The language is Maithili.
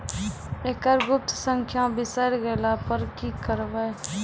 एकरऽ गुप्त संख्या बिसैर गेला पर की करवै?